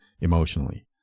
emotionally